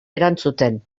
erantzuten